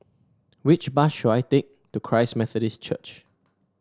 which bus should I take to Christ Methodist Church